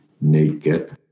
naked